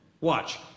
watch